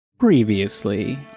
previously